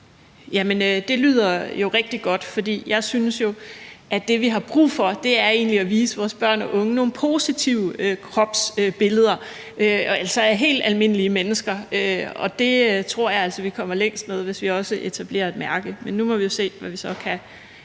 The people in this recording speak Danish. det lyder jo rigtig godt, for jeg synes, at det, vi egentlig har brug for, er at vise vores børn og unge nogle positive kropsbilleder af helt almindelige mennesker, og det tror jeg altså vi kommer længst med, hvis vi også etablerer et mærke. Men nu må vi jo se, hvad vi så kan